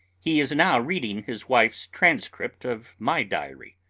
he is now reading his wife's typescript of my diary.